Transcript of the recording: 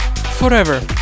Forever